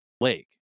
lake